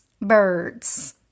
birds